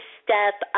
step